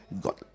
god